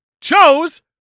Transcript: chose